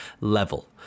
level